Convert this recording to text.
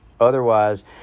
Otherwise